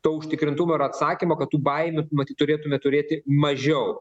to užtikrintumo ir atsakymo kad tų baimių matyt turėtume turėti mažiau